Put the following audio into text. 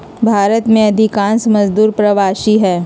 भारत में अधिकांश मजदूर प्रवासी हई